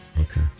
Okay